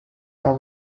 are